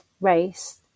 race